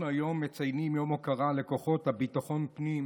אנחנו היום מציינים יום הוקרה לכוחות ביטחון הפנים,